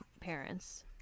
parents